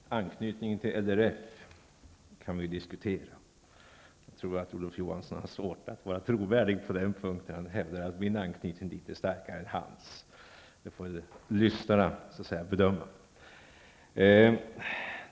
Herr talman! Anknytningen till LRF kan vi diskutera. Jag tror att Olof Johansson har svårt att vara trovärdig när han hävdar att min anknytning till LRF är starkare än hans. Det får åhörarna bedöma.